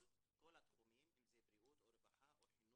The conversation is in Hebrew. כי הם מגיעים לכל דיון כי זה חשוב להם וכי הם עוקבים.